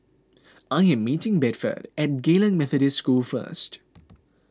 I am meeting Bedford at Geylang Methodist School first